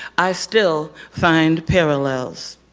i still find parallels.